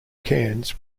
cans